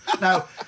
Now